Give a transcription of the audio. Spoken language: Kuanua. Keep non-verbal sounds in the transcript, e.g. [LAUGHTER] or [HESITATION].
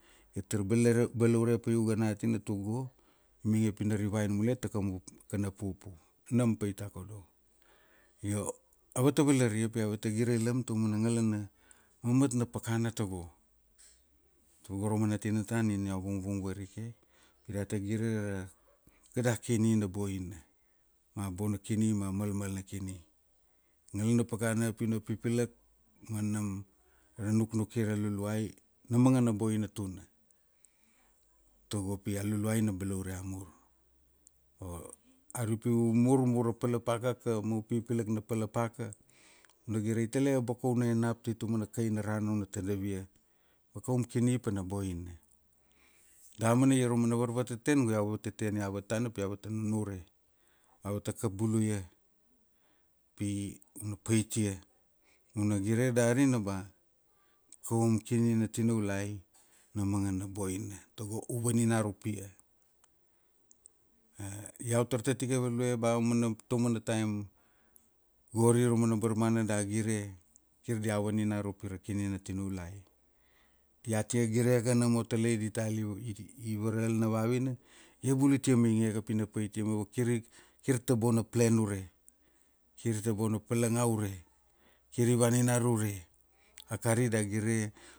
I tar balara, balaureure pa u ga natina tuk go, mainge pina rivain mule ta kainu u, kana pupu. Nam pai takodo. Io avata valaria pi avata gireilam taumana ngalana, mamat na pakana tago, tago raumana tinata nina iau vungvung varike pi data gire kada kini na boina ma boina kini ma malmal na kini. Ngalana pakana pi una pipilak ma nam ra nuknuki ra luluai na managana boina tuna, tago pi a luluai na balaure amur. [HESITATION] Ari pi u murmur ra palapaka, kamu pipilak na palapaka una gire itele boko una na ap diat tai taumana kaina rana una tadav ia, koum kini pana boina. Damana ia raumana varvateten iau vateten iavat tana pi avata nunure ma avata kap bulu ia pi una paitia ma una gire darina ba, kaum kini na tinaulai na mangana boina tago i vaninara upia. [HESITATION] Iau tartatike value ba aumana taumana taim, gori raumana barmana da gire, kir dia vaninara pira kini na tinaulai. Dia te giregege nomo talai diatal i varal na vavina, ia bula itia mainge pina paitia ma vakiri, kir ta bona plen ure, kir ta bona palanga ure kiri vaninara ure. Akari da gire.